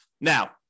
Now